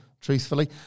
truthfully